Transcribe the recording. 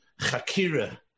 Chakira